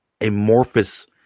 amorphous